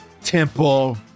temple